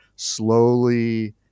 slowly